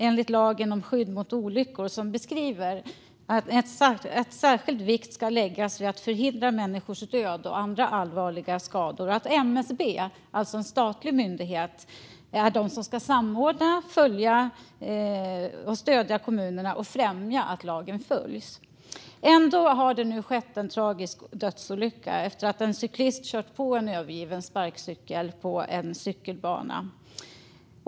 Enligt lagen om skydd mot olyckor ska särskild vikt läggas vid att förhindra människors död och andra allvarliga skador. MSB, alltså en statlig myndighet, ska samordna, följa och stödja kommunerna och främja att lagen följs. Ändå har det nu skett en tragisk dödsolycka efter att en cyklist kört på en övergiven sparkcykel på en cykelbana.